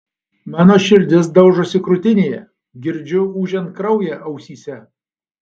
mano širdis daužosi krūtinėje girdžiu ūžiant kraują ausyse